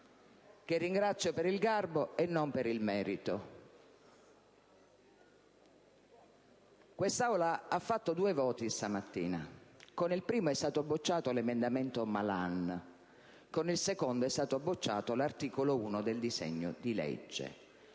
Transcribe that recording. che ringrazio per il garbo, ma non per il merito. Quest'Aula ha fatto due votazioni questa mattina: con il primo voto è stato bocciato l'emendamento del senatore Malan; con il secondo è stato bocciato l'articolo 1 del disegno di legge.